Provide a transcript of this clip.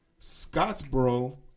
Scottsboro